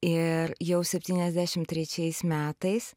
ir jau septyniasdešim trečiais metais